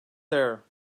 there